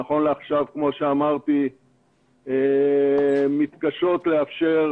שנכון לעכשיו כמו שאמרתי מקשות לאפשר